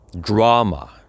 drama